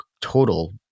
total